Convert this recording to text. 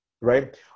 right